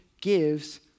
gives